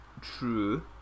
True